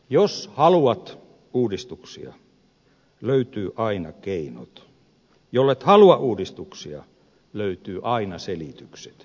jos haluat uudistuksia löytyy aina keinot jollet halua uudistuksia löytyy aina selitykset